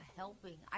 helping